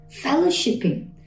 fellowshipping